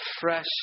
fresh